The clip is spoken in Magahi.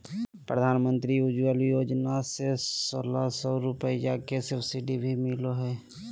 प्रधानमंत्री उज्ज्वला योजना से सोलह सौ रुपया के सब्सिडी भी मिलो हय